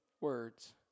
words